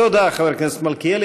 תודה, חבר הכנסת מלכיאלי.